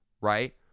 right